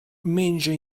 menja